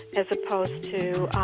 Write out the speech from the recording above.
as opposed to